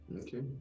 Okay